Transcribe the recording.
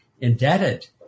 indebted